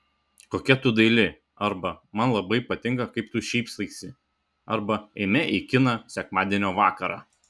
kokia tu daili arba man labai patinka kaip tu šypsaisi arba eime į kiną sekmadienio vakarą